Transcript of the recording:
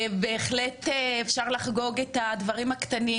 בהחלט אפשר לחגוג את הדברים הקטנים,